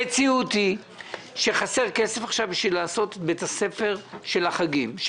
המציאות היא שחסר כסף כדי לעשות בית הספר של החגים.